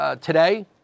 today